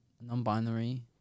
non-binary